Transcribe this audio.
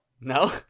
No